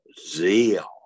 zeal